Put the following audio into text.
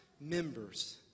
members